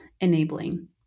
enabling